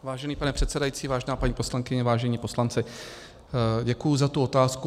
Vážený pane předsedající, vážená paní poslankyně, vážení poslanci, děkuji za tu otázku.